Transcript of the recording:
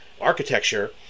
architecture